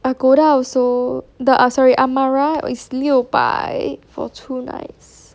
agoda also the a~ sorry amara is 六百 for two nights